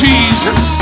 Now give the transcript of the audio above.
Jesus